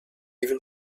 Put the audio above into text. even